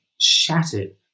shattered